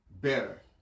better